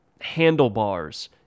handlebars